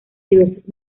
diversas